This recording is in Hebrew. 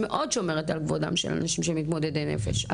מאוד שומרת על כבודם של אנשים שמתמודדי נפש.